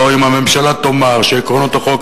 הלוא אם הממשלה תאמר שעקרונות החוק,